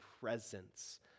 presence